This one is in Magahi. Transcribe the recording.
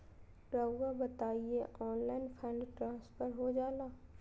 रहुआ बताइए ऑनलाइन फंड ट्रांसफर हो जाला?